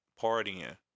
partying